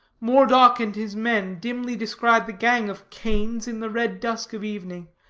moredock and his men dimly descried the gang of cains in the red dusk of evening,